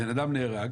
בן אדם נהרג,